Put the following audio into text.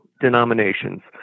denominations